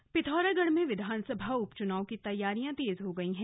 च्नाव बैठक पिथौरागढ़ में विधानसभा उपचुनाव की तैयारियां तेज हो गई है